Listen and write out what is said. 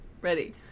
Ready